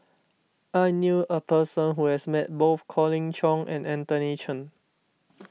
I knew a person who has met both Colin Cheong and Anthony Chen